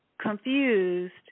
confused